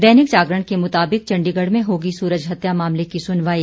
दैनिक जागरण के मुताबिक चंडीगढ़ में होगी सूरज हत्या मामले की सुनवाई